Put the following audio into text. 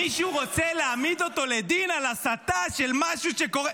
מישהו רוצה להעמיד אותו לדין על הסתה של משהו שקורה,